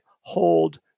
hold